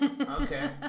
okay